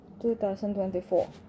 2024